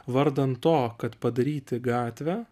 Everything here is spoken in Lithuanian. vardan to kad padaryti gatvę